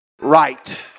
right